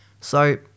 So